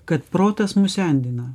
kad protas mus sendina